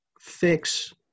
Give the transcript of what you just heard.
fix